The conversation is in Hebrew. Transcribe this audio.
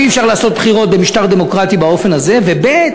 אי-אפשר לעשות בחירות במשטר דמוקרטי באופן הזה, ב.